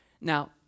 Now